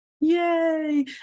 Yay